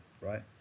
right